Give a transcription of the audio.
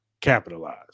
Capitalize